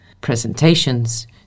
Presentations